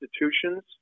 institutions